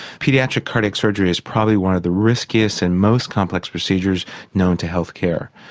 paediatric cardiac surgery is probably one of the riskiest and most complex procedures known to health care.